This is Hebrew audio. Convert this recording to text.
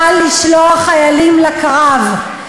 קל לשלוח חיילים לקרב,